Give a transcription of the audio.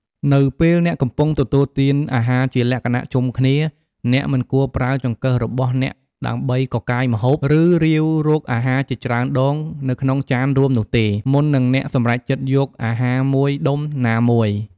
នៅពេលអ្នកកំពុងទទួលទានអាហារជាលក្ខណៈជុំគ្នា អ្នកមិនគួរប្រើចង្កឹះរបស់អ្នកដើម្បី កកាយម្ហូប ឬរាវរកអាហារជាច្រើនដង នៅក្នុងចានរួមនោះទេ មុននឹងអ្នកសម្រេចចិត្តយកអាហារមួយដុំណាមួយ។